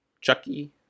Chucky